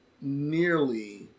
nearly